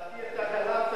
לדעתי, אתה קלעת